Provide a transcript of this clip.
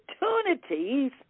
opportunities